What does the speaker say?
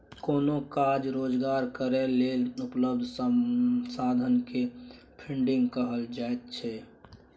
कोनो काज रोजगार करै लेल उपलब्ध संसाधन के फन्डिंग कहल जाइत छइ